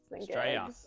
Australia